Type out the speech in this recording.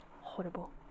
Horrible